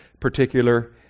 particular